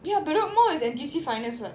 ya bedok mall is N_T_U_C finest [what]